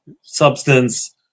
substance